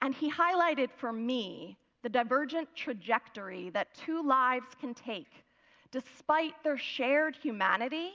and he highlighted for me the divergent trajectory that two lives can take despite their shared humanity